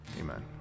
amen